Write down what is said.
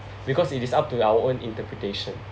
because it is up to our own interpretation